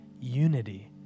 unity